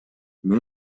мен